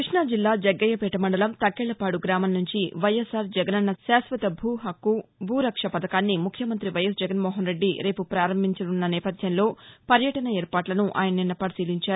కృష్ణ జిల్లా జగ్గయ్యేపేట మండలం తక్కెళ్లపాడు గ్రామం నుంచి వైఎస్సార్ జగనన్న శాశ్వత భూ హక్కు భూ రక్ష పథకాన్ని ముఖ్యమంత్రి వైఎస్ జగన్మోహన్రెడ్డి రేపు ప్రారంభించనున్న నేపథ్యంలో పర్యాటక ఏర్పాట్లను ఆయన నిన్న పరిశీలించారు